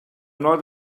not